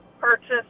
purchase